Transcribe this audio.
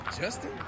Justin